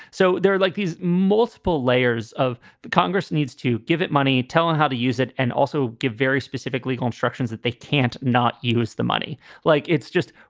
so there like these multiple layers of the congress needs to give it money, tell them how to use it, and also give very specific legal instructions that they can't not use the money like it's just.